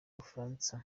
bufaransa